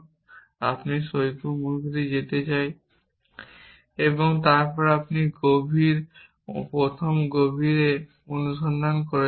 আমরা সমুদ্র সৈকতে যাই এবং তারপর আপনি প্রথমে গভীর অনুসন্ধান করছেন